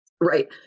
Right